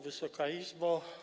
Wysoka Izbo!